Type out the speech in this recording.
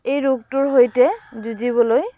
এই ৰোগটোৰ সৈতে যুঁজিবলৈ